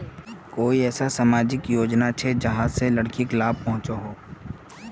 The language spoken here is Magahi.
कोई ऐसा सामाजिक योजना छे जाहां से लड़किक लाभ पहुँचो हो?